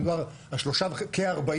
מדובר על כ-40,